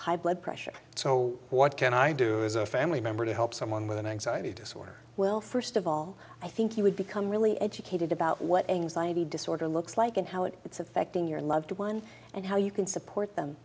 high blood pressure so what can i do is a family member to help someone with an anxiety disorder well first of all i think you would become really educated about what anxiety disorder looks like and how it it's affecting your loved one and how you can support them